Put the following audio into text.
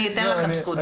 אני אתן לכם זכות דיבור,